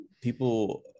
people